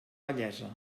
vellesa